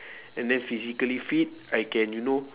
and then physically fit I can you know